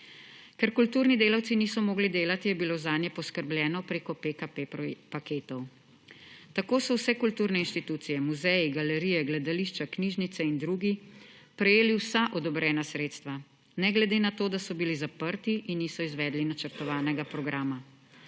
Ker kulturni delavci niso mogli delati, je bilo zanje poskrbljeno preko PKP paketov. Tako so vse kulturne institucije: muzeji, galerije, gledališča, knjižnice in drugi prejeli vsa odobrena sredstva, ne glede na to, da so bili zaprti in niso izvedli načrtovanega programa.